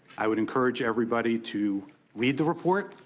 i would encourage everybody to read the report,